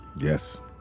Yes